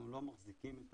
אנחנו לא מחזיקים את